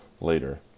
later